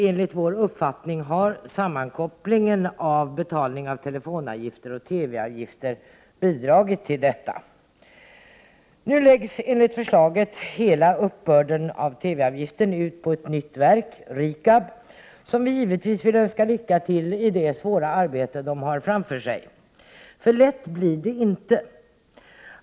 Enligt vår uppfattning har sammankopplingen när det gäller betalning av telefonavgifter och TV-avgifter bidragit till detta. I enlighet med förslaget läggs nu hela uppbörden ut på ett nytt verk, RIKAB, som vi givetvis önskar lycka till i det svåra arbete som verket har framför sig — lätt blir det i varje fall inte.